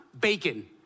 Bacon